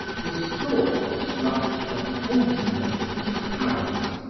his thoughts rushed from fontenay to paris,